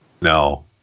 no